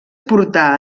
portar